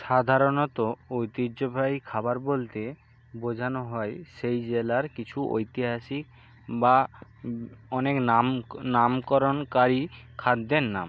সাধারণত ঐতিহ্যবাহী খাবার বলতে বোঝানো হয় সেই জেলার কিছু ঐতিহাসিক বা অনেক নাম নামকরণকারী খাদ্যের নাম